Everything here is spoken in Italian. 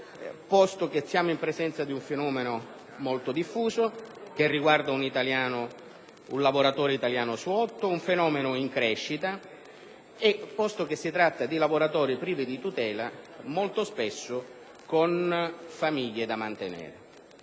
posto che siamo in presenza di un fenomeno molto diffuso, che riguarda un lavoratore italiano su otto, di un fenomeno in crescita, e posto che si tratta di lavoratori privi di tutela molto spesso con famiglie da mantenere.